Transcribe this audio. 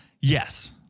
Yes